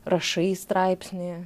rašai straipsnyje